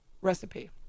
recipe